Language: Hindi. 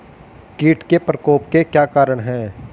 कीट के प्रकोप के क्या कारण हैं?